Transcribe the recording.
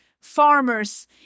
farmers